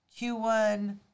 Q1